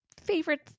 favorite